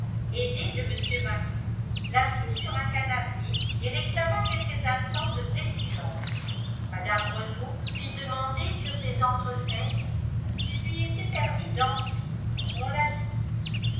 aidé de mr martout l'assit sur un canapé et réclama quelques instants de vrai silence mme renault fit demander sur ces entrefaites s'il lui était permis d'entrer on l'admit